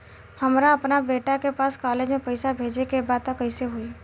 हमरा अपना बेटा के पास कॉलेज में पइसा बेजे के बा त कइसे होई?